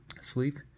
Sleep